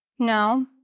No